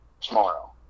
tomorrow